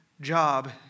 job